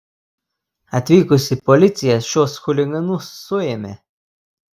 atvykusi policija šiuos chuliganus suėmė